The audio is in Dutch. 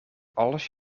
als